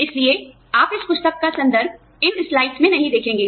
इसलिए आप इस पुस्तक का संदर्भ इन स्लाइड्स में नहीं देखेंगे